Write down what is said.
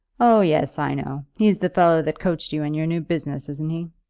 oh, yes i know. he's the fellow that coached you in your new business, isn't he?